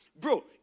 bro